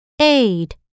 aid